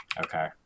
Okay